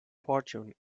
fortune